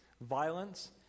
violence